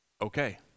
Okay